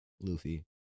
Luffy